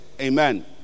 amen